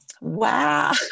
Wow